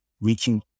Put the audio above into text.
reaching